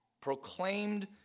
proclaimed